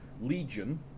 Legion